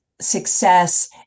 success